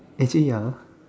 actually ya ah